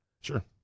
Sure